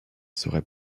serait